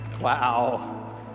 Wow